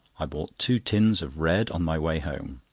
i bought two tins of red on my way home.